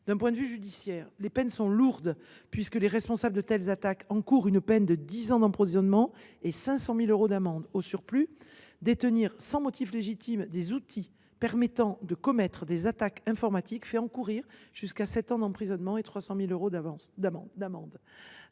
D’un point de vue judiciaire, les peines sont lourdes, puisque les responsables de telles attaques encourent jusqu’à dix ans d’emprisonnement et 500 000 euros d’amende. Au surplus, détenir sans motif légitime des outils permettant de commettre des attaques informatiques fait encourir jusqu’à sept ans d’emprisonnement et 300 000 euros d’amende.